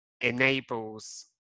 enables